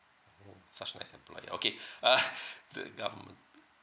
oh such a nice employer okay ah the government